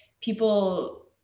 people